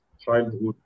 childhood